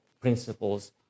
principles